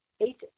eight